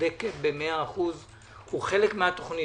מהתוכנית.